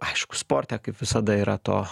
aišku sporte kaip visada yra to